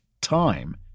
time